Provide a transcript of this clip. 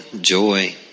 Joy